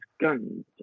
guns